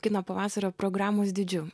kino pavasario programos dydžiu